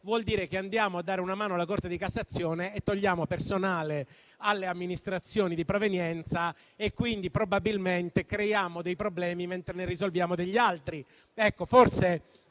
vuol dire che andiamo a dare una mano alla Corte di cassazione e togliamo personale alle amministrazioni di provenienza e quindi probabilmente creiamo dei problemi mentre ne risolviamo degli altri.